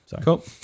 Cool